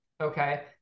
okay